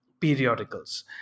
periodicals